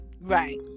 Right